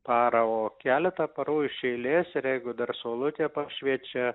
parą o keletą parų iš eilės ir jeigu dar saulutė pašviečia